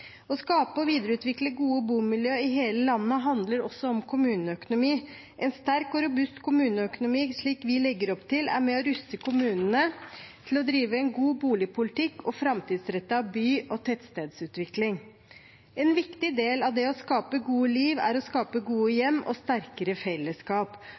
Å skape og videreutvikle gode bomiljø i hele landet handler også om kommuneøkonomi. En sterk og robust kommuneøkonomi, slik vi legger opp til, er med på å ruste kommunene til å drive en god boligpolitikk og en framtidsrettet by- og tettstedsutvikling. En viktig del av det å skape gode liv er å skape gode